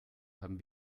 haben